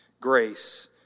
grace